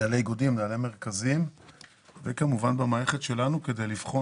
מנהלי מרכזים וכמובן במערכת שלנו כדי לבחון